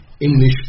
English